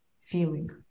feeling